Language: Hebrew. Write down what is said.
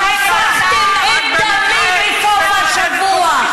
שפכתם את דמי בסוף השבוע.